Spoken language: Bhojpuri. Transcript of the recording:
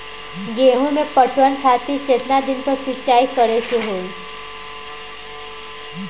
गेहूं में पटवन खातिर केतना दिन पर सिंचाई करें के होई?